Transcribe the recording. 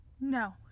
No